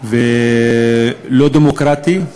ולא דמוקרטי.